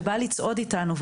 שבא לצעוד איתנו,